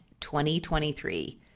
2023